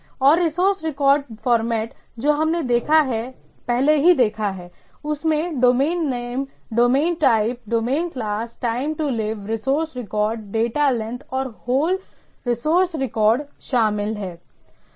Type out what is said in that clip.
और resource record format जो हमने पहले ही देखा है उसमें डोमेन नाम domain type domain class time to live resource record data length और होल रिसोर्स रिकॉर्ड शामिल हैं